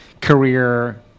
career